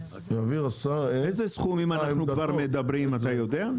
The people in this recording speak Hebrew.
על איזה סכומים אנחנו מדברים אתה יודע?